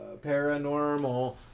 Paranormal